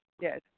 Yes